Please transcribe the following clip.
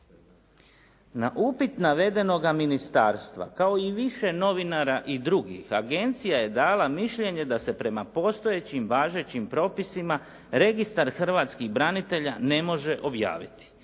na upit navedenoga ministarstva kao i više novinara i drugih, agencija je dala mišljenje da se prema postojećim važećim propisima registar hrvatskih branitelja ne može objaviti.